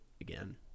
again